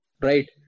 right